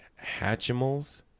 Hatchimals